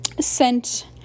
sent